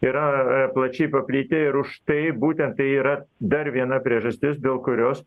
yra a plačiai paplitę ir už tai būtent tai yra dar viena priežastis dėl kurios